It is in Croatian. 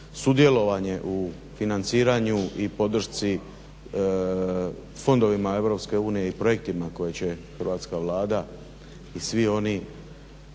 sudjelovanje u financiranju i podršci, fondovima EU i projektima koje će Hrvatska vlada i svi oni